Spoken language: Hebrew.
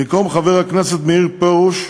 במקום חבר הכנסת מאיר פרוש,